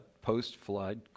post-flood